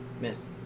Miss